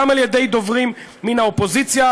גם על ידי דוברים מן האופוזיציה,